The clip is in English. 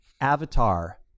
Avatar